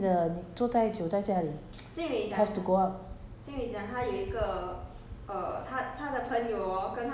uh 很很难你很难适应的你坐太久在家里 have to go out